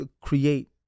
create